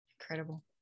incredible